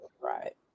right